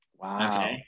Wow